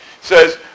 says